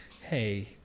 Hey